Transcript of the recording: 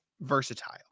versatile